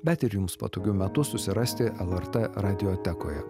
bet ir jums patogiu metu susirasti lrt radiotekoje